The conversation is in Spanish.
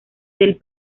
del